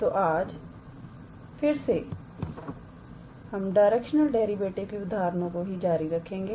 तो आज फिर से डायरेक्शनल डेरिवेटिव की उदाहरणों को ही जारी रखेंगे